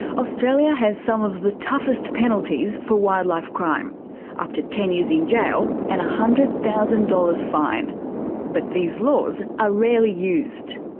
australia has some of the toughest penalties for wildlife crime up to ten years in jail and a one hundred thousand dollars fine but these laws are rarely used.